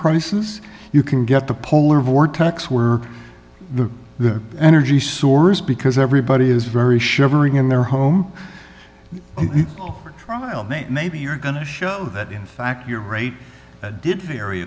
prices you can get the polar vortex where the the energy source because everybody is very shivering in their home or trial date maybe you're going to show that in fact your rate did vary